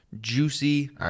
juicy